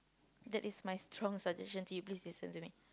that is my strong suggestion do you please listen to me